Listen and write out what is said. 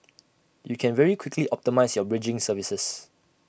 you can very quickly optimise your bridging services